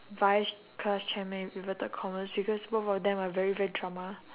vice class chairman with inverted commas because both of them are very very drama